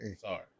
Sorry